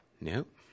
Nope